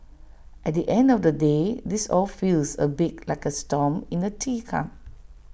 at the end of the day this all feels A bit like A storm in A teacup